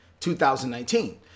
2019